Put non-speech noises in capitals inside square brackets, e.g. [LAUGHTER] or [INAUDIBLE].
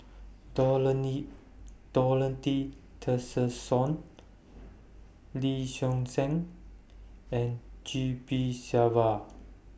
[UNINTELLIGIBLE] Dorothy Tessensohn Lee Seow Ser and G P Selvam